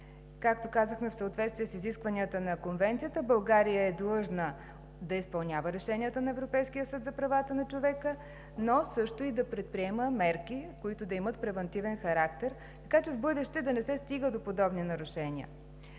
Както казахме, в съответствие с изискванията на Конвенцията, България е длъжна да изпълнява решенията на Европейския съд за правата на човека, но също и да предприема мерки, които да имат превантивен характер, така че в бъдеще да не се стига да подобни нарушения.